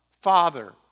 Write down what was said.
father